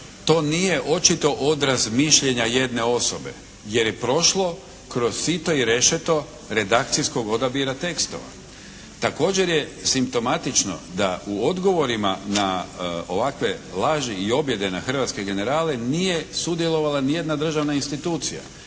to nije očito odraz mišljenja jedne osobe jer je prošlo kroz sito i rešeto redakcijskog odabira tekstova. Također je simptomatično da u odgovorima na ovakve laži i objede na hrvatske generale nije sudjelovala ni jedna državna institucija